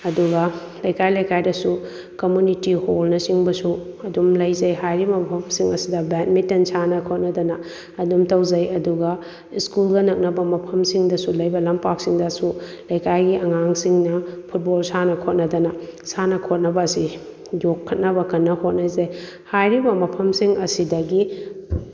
ꯑꯗꯨꯒ ꯂꯩꯀꯥꯏ ꯂꯩꯀꯥꯏꯗꯁꯨ ꯀꯝꯃꯨꯅꯤꯇꯤ ꯍꯣꯜꯅꯆꯤꯡꯕꯁꯨ ꯑꯗꯨꯝ ꯂꯩꯖꯩ ꯍꯥꯏꯔꯤꯕ ꯃꯐꯝꯁꯤꯡ ꯑꯁꯤꯗ ꯕꯦꯗꯃꯤꯇꯟ ꯁꯥꯟꯅ ꯈꯣꯠꯅꯗꯅ ꯑꯗꯨꯝ ꯇꯧꯖꯩ ꯑꯗꯨꯒ ꯁ꯭ꯀꯨꯜꯒ ꯅꯛꯅꯕ ꯃꯐꯝꯁꯤꯡꯗꯁꯨ ꯂꯩꯕ ꯂꯝꯄꯥꯛꯁꯤꯡꯗꯁꯨ ꯂꯩꯀꯥꯏꯒꯤ ꯑꯉꯥꯡꯁꯤꯡꯅ ꯐꯨꯠꯕꯣꯜ ꯁꯥꯟꯅ ꯈꯣꯠꯅꯗꯅ ꯁꯥꯟꯅ ꯈꯣꯠꯅꯕ ꯑꯁꯤ ꯌꯣꯛꯈꯠꯅꯕ ꯀꯟꯅ ꯍꯣꯠꯅꯖꯩ ꯍꯥꯏꯔꯤꯕ ꯃꯐꯝꯁꯤꯡ ꯑꯁꯤꯗꯒꯤ